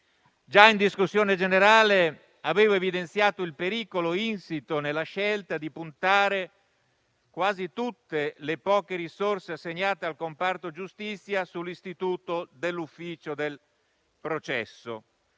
già in discussione generale avevo evidenziato il pericolo insito nella scelta di puntare quasi tutte le poche risorse assegnate al comparto giustizia sull'istituto dell'ufficio del processo.